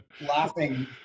laughing